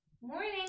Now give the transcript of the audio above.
morning